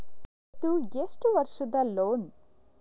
ಇದು ಎಷ್ಟು ವರ್ಷದ ಲೋನ್?